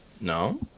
No